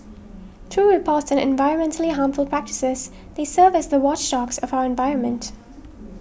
through reports an environmentally harmful practices they serve as the watchdogs of our environment